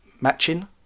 matching